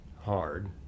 hard